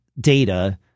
data